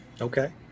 Okay